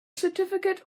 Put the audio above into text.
certificate